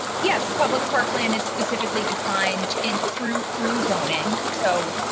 yes, public parkland is specifically defined in through through zoning so.